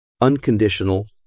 unconditional